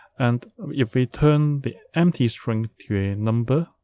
and if we turn the empty string to a number,